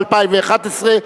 התשע"א 2011,